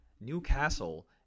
newcastle